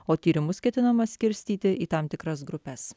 o tyrimus ketinama skirstyti į tam tikras grupes